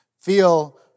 feel